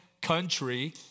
country